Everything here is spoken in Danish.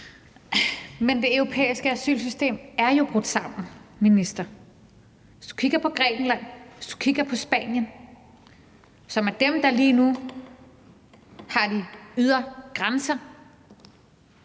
Men det europæiske asylsystem er jo brudt sammen, minister. Hvis du kigger på Grækenland, hvis du kigger på Spanien, som er dem, der lige nu har de ydre grænser